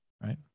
Right